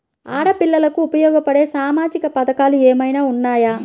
ఆడపిల్లలకు ఉపయోగపడే సామాజిక పథకాలు ఏమైనా ఉన్నాయా?